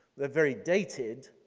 they're very dated.